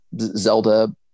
Zelda